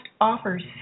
offers